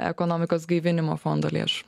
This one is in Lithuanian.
ekonomikos gaivinimo fondo lėšų